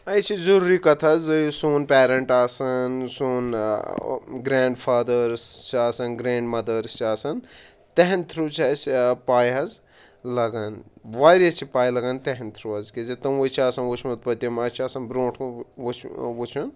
یہِ چھِ ضروٗری کَتھاہ سون پیرَنٛٹ آسان سون گرینٛڈ فادٲرٕس چھِ آسان گرینٛڈ مَدٲرٕس چھِ آسان تہَنٛد تھرٛوٗ چھِ اَسہِ پاے حظ لگان واریاہ چھِ پاے لگان تہَنٛد تھرٛوٗ حظ کیازِ تِموٕے چھُ آسان وُچھمُت پٔتِمۍ اسہِ چھُ آسان برونٛٹھ کُن وٕچھُن